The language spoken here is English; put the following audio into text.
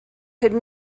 could